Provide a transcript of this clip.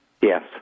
Yes